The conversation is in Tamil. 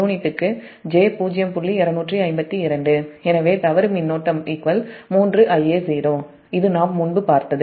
எனவே தவறு மின்னோட்டம்3Ia0 இது நாம் முன்பு பார்த்தது